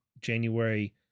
January